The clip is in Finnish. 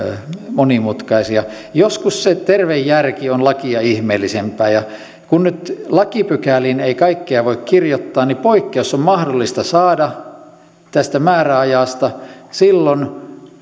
monimutkaisia joskus se terve järki on lakia ihmeellisempää ja kun nyt lakipykäliin ei kaikkea voi kirjoittaa niin poikkeus on mahdollista saada tästä määräajasta silloin